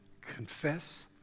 confess